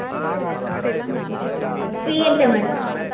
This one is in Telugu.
ఫీజ్ ఎంత మేడం